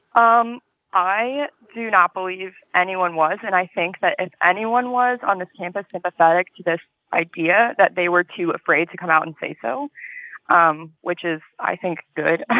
um i do not believe anyone was. and i think that if anyone was, on this campus, sympathetic to this idea, that they were too afraid to come out and say so, um which is, i think, good.